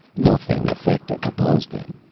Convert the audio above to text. nothing effective opposed them.